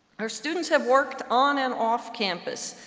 our students have worked on and off campus,